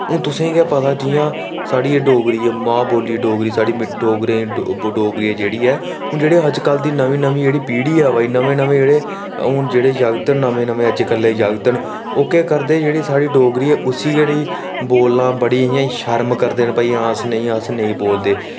हून तुसेंगी गै पता जियां थोह्ड़ी एह् डोगरी ऐ मां बोल्ली मिट्ठी डोगरी ऐ डोगरी जेह्ड़ी ऐ हून अज्जकल दी जेह्ड़ी नमीं नमीं पीढ़ी ऐ आवा दी नमें नमें जेह्ड़े हून नमें नमें जागत् न अज्जकल दे जागत् न ओह् केह् करदे कि साढ़ी जेह्ड़ी डोगरी ऐ उसी गै बोलना इंटया भई शर्म करदे न भई कि आं अस नेईं अस नेईं बोलदे आं